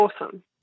awesome